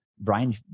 brian